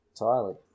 entirely